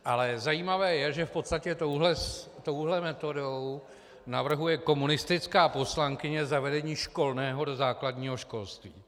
Ale zajímavé je, že v podstatě touhle metodou navrhuje komunistická poslankyně zavedení školného do základního školství.